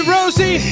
Rosie